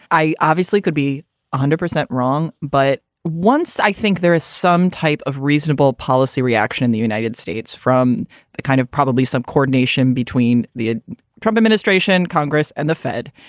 i obviously could be one hundred percent wrong. but once i think there is some type of reasonable policy reaction in the united states from that kind of probably some coordination between the trump administration, congress and the fed,